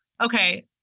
okay